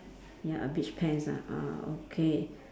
ya a beach pants ah uh okay